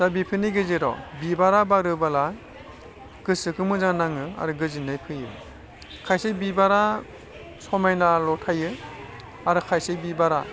दा बेफोरनि गेजेराव बिबारा बारोबोला गोसोखौ मोजां नाङो आरो गोजोन्नाय फैयो खायसे बिबारा समायनाल' थायो आर खायसे बिबारा